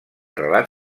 relat